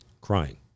crying